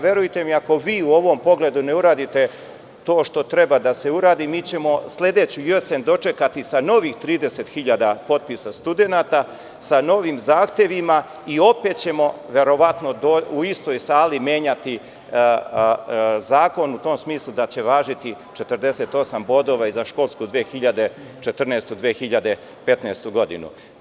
Verujte mi, ako vi u ovom pogledu ne uradite to što treba da se uradi, mi ćemo sledeću jesen dočekati sa novih 30.000 potpisa studenata sa novim zahtevima i opet ćemo verovatno u istoj sali menjati zakon u tom smislu da će važiti 48 bodova i za školsku 2014. i 2015. godinu.